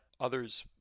others